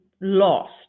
lost